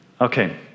Okay